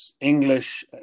English